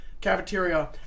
cafeteria